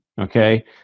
okay